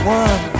one